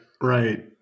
right